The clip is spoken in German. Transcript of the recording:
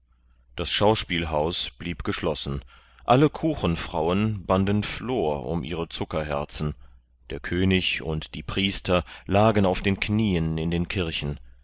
das schauspielhaus blieb geschlossen alle kuchenfrauen banden flor um ihre zuckerherzen der könig und die priester lagen auf den knieen in den kirchen